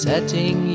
Setting